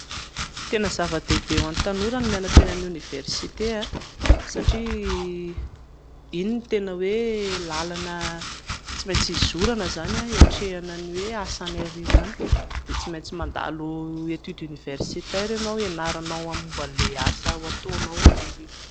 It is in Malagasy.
Tena zava-dehibe ho an'ny tanora ny mianatra eny amin'ny oniversite satria iny no tena hoe lalana tsy maintsy hizorana izany hiatrehana ny hoe asa any aoriana any, dia tsy maintsy mandalo étude universitaire ianao hianaranao momba ilay asa hataonao any aoriana